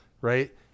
right